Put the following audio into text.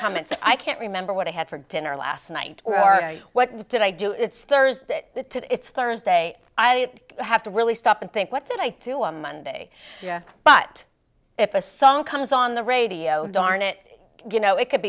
comments i can't remember what i had for dinner last night what did i do it's thursday it's thursday i have to really stop and think what did i do on monday but if a song comes on the radio darn it good know it could